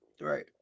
right